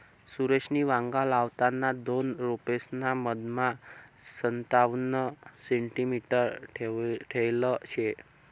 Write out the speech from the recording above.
सुरेशनी वांगा लावताना दोन रोपेसना मधमा संतावण सेंटीमीटर ठेयल शे